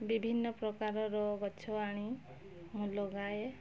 ବିଭିନ୍ନ ପ୍ରକାରର ଗଛ ଆଣି ମୁଁ ଲଗାଏ